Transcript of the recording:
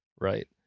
right